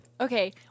Okay